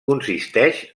consisteix